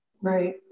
Right